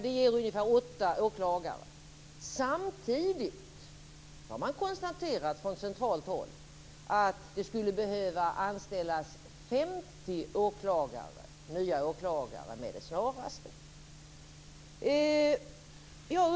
Det ger ungefär åtta åklagare. Samtidigt har man konstaterat från centralt håll att det skulle behöva anställas 50 nya åklagare med det snaraste.